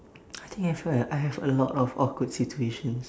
I think have eh I have a lot of awkward situations